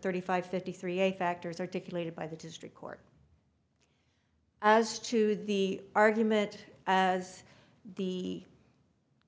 thirty five fifty three eight factors articulated by the district court as to the argument as the